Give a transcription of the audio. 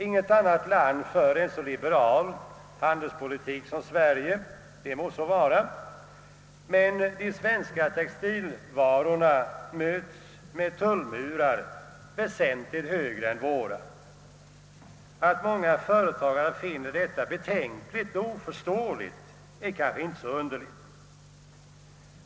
Inget annat land för en så liberal handelspolitik som Sverige — det må vara — men de svenska textilvarorna möts med tullmurar som är väsentligt högre än våra. Att många företagare finner detta betänkligt och oförståeligt är kanske inte så underligt.